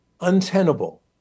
untenable